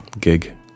gig